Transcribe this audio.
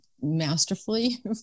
masterfully